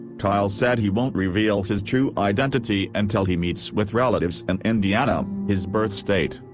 kyle said he won't reveal his true identity until he meets with relatives in indiana, his birth state.